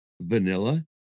Vanilla